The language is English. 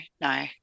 no